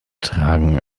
tragen